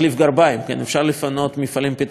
אפשר לפנות מפעלים פטרוכימיים מחיפה